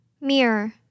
Mirror